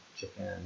Japan